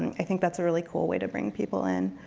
i think that's a really cool way to bring people in.